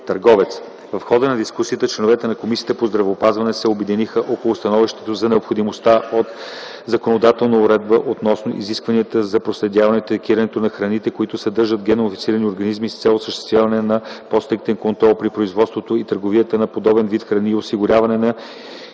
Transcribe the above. търговец”. В хода на дискусията членовете на Комисията по здравеопазването се обединиха около становището за необходимостта от законодателна уредба относно изискванията за проследяването и етикетирането на храни, които съдържат генномодифицирани организми, с цел осъществяване на по-стриктен контрол при производството и търговията на подобен вид храни и осигуряване на